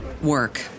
work